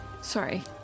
sorry